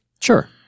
sure